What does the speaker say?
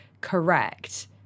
correct